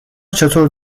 چطور